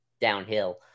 downhill